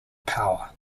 power